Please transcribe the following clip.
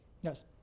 Yes